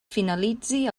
finalitzi